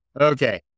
Okay